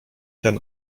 ten